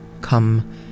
Come